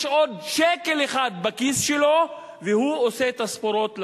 עוד שקל אחד בכיס שלו והוא עושה תספורות לאזרחים.